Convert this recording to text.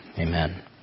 amen